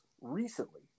recently